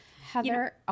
Heather